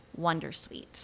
wondersuite